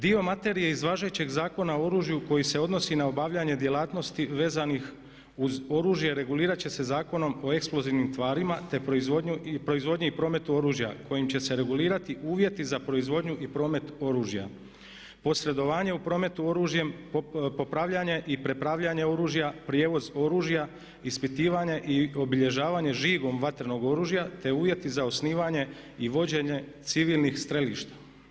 Dio materije iz važećeg Zakona o oružju koji se odnosi na obavljanje djelatnosti vezanih uz oružje regulirat će se Zakonom o eksplozivnim tvarima i proizvodnji i prometu oružja kojim će se regulirati uvjeti za proizvodnju i promet oružja, posredovanje u prometu oružjem, popravljanje i prepravljanje oružja, prijevoz oružja, ispitivanje i obilježavanje žigom vatrenog oružja te uvjeti za osnivanje i vođenje civilnih strelišta.